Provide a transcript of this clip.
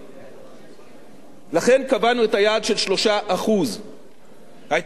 לכן קבענו את היעד של 3%. היתה גם דעה שדגלה ב-2.5%,